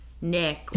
Nick